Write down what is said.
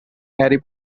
harry